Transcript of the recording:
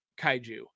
kaiju